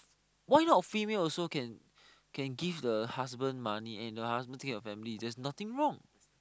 why not female also can can give the husband money and the husband take care of family there's nothing wrong